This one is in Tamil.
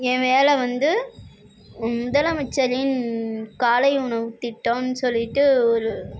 என் வேலை வந்து முதலமைச்சரின் காலை உணவுத் திட்டம்னு சொல்லிட்டு ஒரு